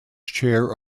chair